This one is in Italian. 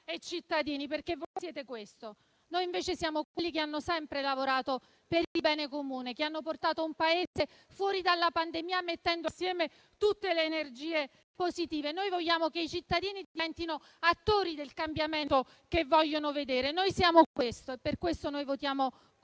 e cittadini. Voi siete questo. Noi invece siamo quelli che hanno sempre lavorato per il bene comune, che hanno portato il Paese fuori dalla pandemia mettendo assieme tutte le energie positive. Noi vogliamo che i cittadini diventino attori del cambiamento che vogliono vedere. Noi siamo questo e per questo noi votiamo contro